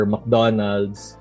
McDonald's